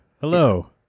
Hello